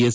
S